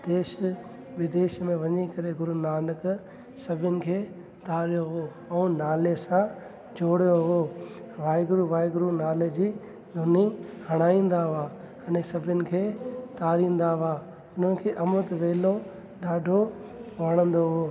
देश विदेश में वञी करे गुरू नानक सभिनि खे तारियो हुओ ऐं नाले सां जोड़ियो हुओ वाहे गुरू वाहे गुरू नाले जी चुनी हणाईंदा हुआ अने सभिनि खे तारींदा हुआ हुननि खे अमृत वेलो ॾाढो वणंदो हुओ